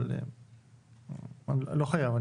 אבל לא חייב,